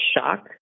shock